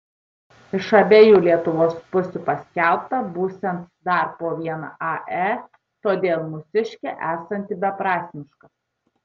iš abiejų lietuvos pusių paskelbta būsiant dar po vieną ae todėl mūsiškė esanti beprasmiška